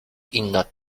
inna